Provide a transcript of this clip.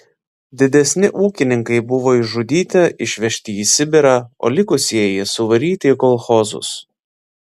didesni ūkininkai buvo išžudyti išveži į sibirą o likusieji suvaryti į kolchozus